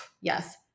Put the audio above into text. yes